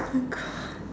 my God